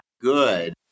good